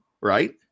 right